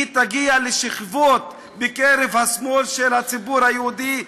היא תגיע לשכבות בקרב השמאל של הציבור היהודי.